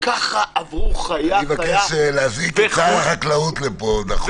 וככה עברו חיה-חיה --- אני מבקש להזעיק את שר החקלאות לפה דחוף.